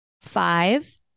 Five